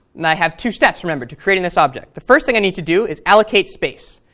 and i have two steps, remember, to creating this object. the first thing i need to do is allocate space.